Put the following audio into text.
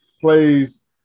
plays